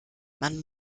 man